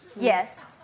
Yes